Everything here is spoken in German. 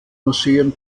museen